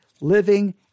living